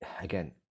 again